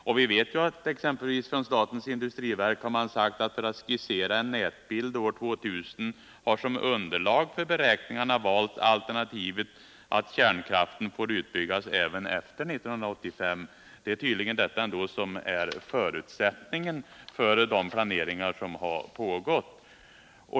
Statens industriverk har t.ex. sagt att man, när man har skisserat en mätbild för år 2000, som underlag för beräkningarna har valt alternativet att kärnkraften får byggas ut även efter 1985. Det är tydligen förutsättningen för de planeringar som pågår.